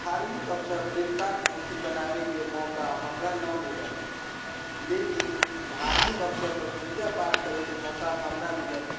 धार्मिक अवसरपर देवताके मूर्ति बनाबैके मौका हमरा नहि मिलल लेकिन धार्मिक अवसरपर पूजा पाठ करैके मौका हमरा मिलल